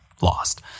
lost